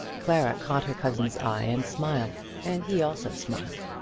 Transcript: clara caught her cousin's eye and smiled, and he also smiled.